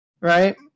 right